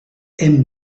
hem